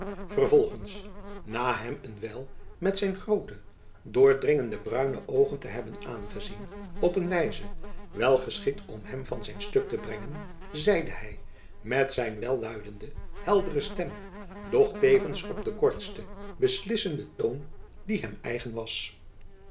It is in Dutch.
vervolgends na hem een wijl met zijn groote doordringende bruine oogen te hebben aangezien op een wijze wel geschikt om hem van zijn stuk te brengen zeide hy met zijn welluidende heldere stem doch tevens op den korten beslissenden toon die hem eigen was